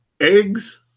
Eggs